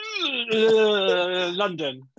London